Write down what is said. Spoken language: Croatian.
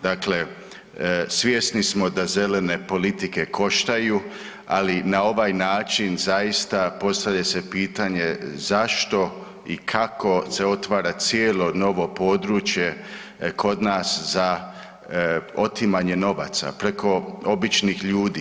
Dakle, svjesni smo da zelene politike koštaju, ali na ovaj način zaista postavlja se pitanje zašto i kako se otvara cijelo novo područje kod nas za otimanje novaca preko običnih ljudi.